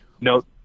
No